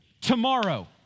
tomorrow